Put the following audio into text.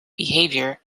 behavior